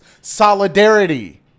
solidarity